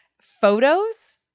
photos